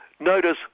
Notice